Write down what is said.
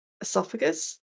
esophagus